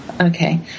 okay